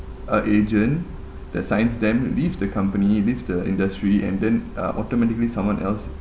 uh agent that signs them leave the company leave the industry and then uh automatically someone else